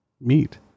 meet